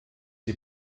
die